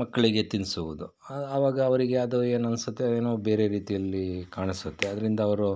ಮಕ್ಕಳಿಗೆ ತಿನ್ನಿಸುವುದು ಆವಾಗ ಅವರಿಗೆ ಅದು ಏನು ಅನಿಸುತ್ತೆ ಏನೋ ಬೇರೆ ರೀತಿಯಲ್ಲಿ ಕಾಣಿಸುತ್ತೆ ಅದರಿಂದ ಅವರು